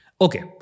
Okay